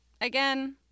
again